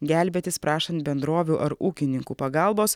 gelbėtis prašant bendrovių ar ūkininkų pagalbos